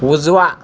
उजवा